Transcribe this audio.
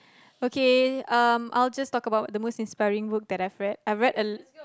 okay um I'll just talk about the most inspiring book that I've read I've read a